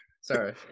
Sorry